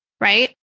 right